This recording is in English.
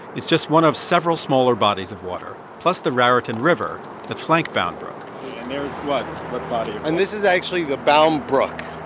it's just one of several smaller bodies of water, plus the raritan river that flank bound brook and there is what? what body? and this is actually the bound brook.